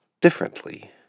differently